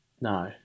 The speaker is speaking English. No